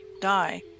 die